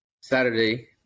Saturday